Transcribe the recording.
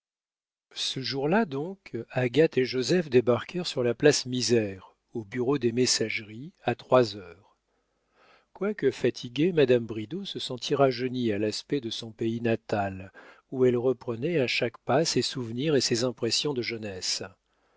ce jour-là donc agathe et joseph débarquèrent sur la place misère au bureau des messageries à trois heures quoique fatiguée madame bridau se sentit rajeunie à l'aspect de son pays natal où elle reprenait à chaque pas ses souvenirs et ses impressions de jeunesse